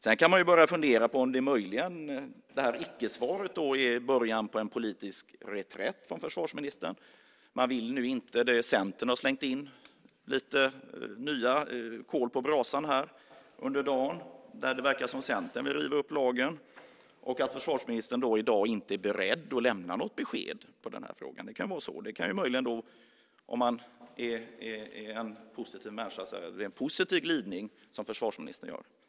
Man kan börja fundera på om icke-svaret möjligen är början på en politisk reträtt av försvarsministern. Centern har slängt in lite nya kol på brasan under dagen där det verkar som att Centern vill riva upp lagen. Försvarsministern kanske därför i dag inte är beredd att lämna något besked på frågan. Det kan vara så. Om man är en positiv människa kan man möjligen säga att det är en positiv glidning som försvarsministern gör.